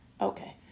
okay